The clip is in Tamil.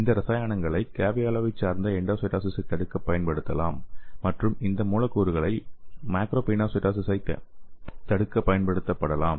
இந்த இரசாயனங்களை கேவியோலாவைச் சார்ந்த எண்டோசைட்டோசிஸைத் தடுக்கப் பயன்படுத்தலாம் மற்றும் இந்த மூலக்கூறுகளை மேக்ரோபினோசைட்டோசிஸைத் தடுக்க பயன்படுத்தப்படலாம்